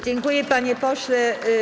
Dziękuję, panie pośle.